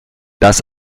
das